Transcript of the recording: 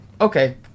okay